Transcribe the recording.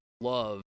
love